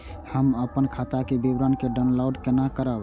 हम अपन खाता के विवरण के डाउनलोड केना करब?